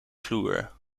vloer